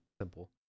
simple